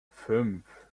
fünf